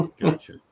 Gotcha